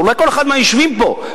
אולי כל אחד מהיושבים פה,